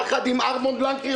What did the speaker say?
יחד עם ארמונד לנקרי,